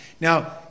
now